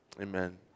Amen